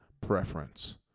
preference